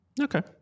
Okay